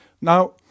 Now